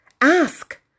Ask